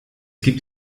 gibt